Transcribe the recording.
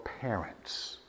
parents